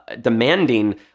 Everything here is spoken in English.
demanding